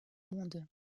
monde